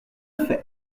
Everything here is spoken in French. faire